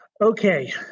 Okay